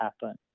happen